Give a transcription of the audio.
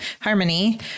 Harmony